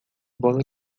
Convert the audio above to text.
bola